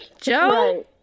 joe